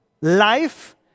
Life